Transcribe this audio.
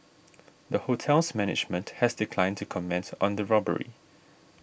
the hotel's management has declined to comment on the robbery